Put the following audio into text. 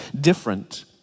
different